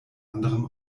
anderem